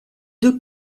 deux